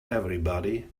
everybody